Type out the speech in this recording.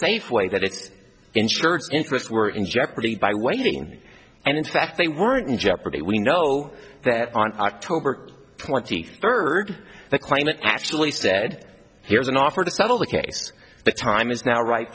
safeway that it's insurance interests were in jeopardy by waiting and in fact they weren't in jeopardy we know that on october twenty third the claimant actually said here's an offer to settle the case the time is now ri